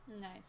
Nice